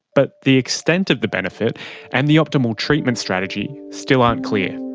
but the extent of the benefit and the optimal treatment strategy still aren't clear.